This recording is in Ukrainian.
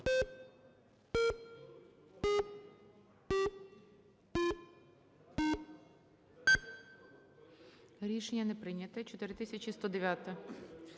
Рішення не прийнято. 4110